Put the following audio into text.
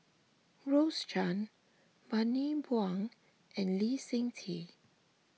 Rose Chan Bani Buang and Lee Seng Tee